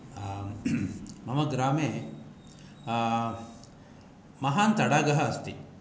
मम ग्रामे महान् तडागः अस्ति